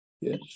Yes